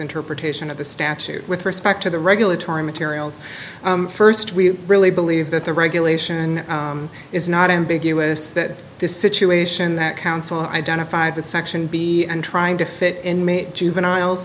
interpretation of the statute with respect to the regulatory materials first we really believe that the regulation is not ambiguous that this situation that council identified with section b and trying to fit in made juveniles